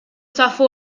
tafu